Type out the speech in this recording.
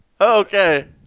okay